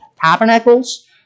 Tabernacles